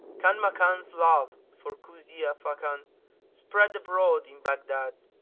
kanmakan's love for kuzia fakan spread abroad in baghdad,